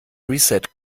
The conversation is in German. reset